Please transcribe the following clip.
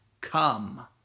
come